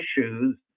issues